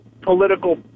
political